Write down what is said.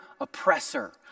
oppressor